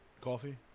coffee